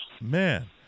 man